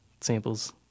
samples